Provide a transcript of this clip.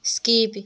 skip